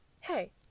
hey